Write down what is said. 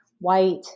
white